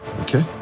Okay